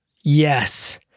Yes